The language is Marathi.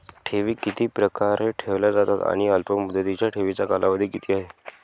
ठेवी किती प्रकारे ठेवल्या जातात आणि अल्पमुदतीच्या ठेवीचा कालावधी किती आहे?